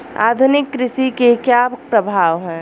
आधुनिक कृषि के क्या प्रभाव हैं?